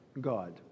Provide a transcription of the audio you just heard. God